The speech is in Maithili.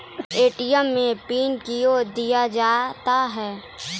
ए.टी.एम मे पिन कयो दिया जाता हैं?